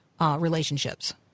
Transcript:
relationships